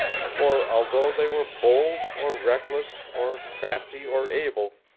for, although they were bold or reckless or crafty or able,